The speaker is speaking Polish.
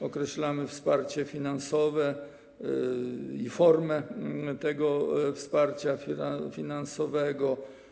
Określamy wsparcie finansowe i formę tego wsparcia finansowego.